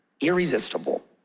irresistible